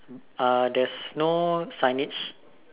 uh there's no signage